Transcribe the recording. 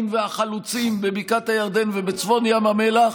והחלוצים בבקעת הירדן ובצפון ים המלח,